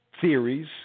theories